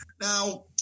Now